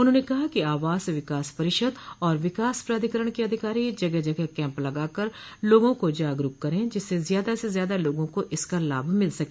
उन्होंने कहा कि आवास विकास परिषद और विकास प्राधिकरण के अधिकारी जगह जगह कैम्प लगाकर लोगों को जागरूक करें जिससे ज्यादा से ज्यादा लोगों को इसका लाभ मिल सके